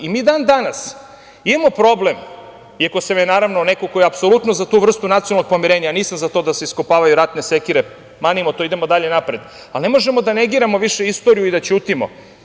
Mi i dan danas imamo problem, iako sam ja naravno neko ko je apsolutno za tu vrstu nacionalnog pomirenja, nisam za to da se iskopavaju ratne sekire, manimo to, idemo dalje napred, ali ne možemo da negiramo više istoriju i da ćutimo.